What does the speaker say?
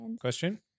question